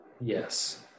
yes